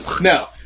No